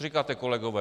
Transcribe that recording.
Co říkáte, kolegové?